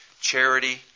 charity